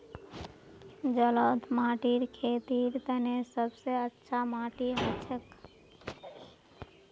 जलौढ़ माटी खेतीर तने सब स अच्छा माटी हछेक